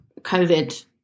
COVID